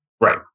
Right